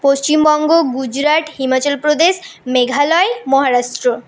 Paschimbanga Gujarat Himachal Pradesh Meghalaya Maharashtra